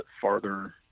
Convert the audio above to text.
farther